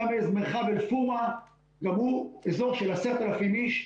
גם במרחב אל-פורעה גם הוא, אזור של 10,00 איש.